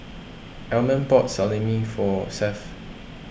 Almond bought Salami for Seth